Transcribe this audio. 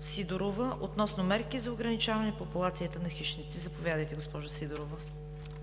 Сидорова, относно мерки за ограничаване популацията на хищници. Заповядайте, госпожо Сидорова.